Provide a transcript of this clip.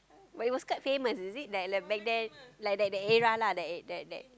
but it was quite famous is it like like back then like that that era lah that era that that